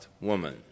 woman